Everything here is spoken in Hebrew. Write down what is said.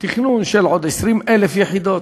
תכנון של עוד 20,000 יחידות.